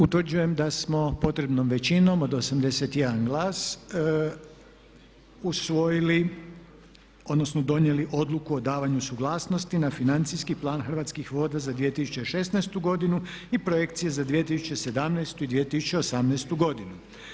Utvrđujem da smo potrebnom većinom od 81 glas usvojili, odnosno donijeli Odluku o davanju suglasnosti na Financijski plan Hrvatskih voda za 2016. godinu i projekcije za 2017. i 2018. godinu.